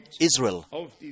Israel